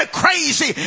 crazy